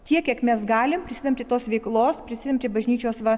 tiek kiek mes galim prisidedam prie tos veiklos prisidedam prie bažnyčios va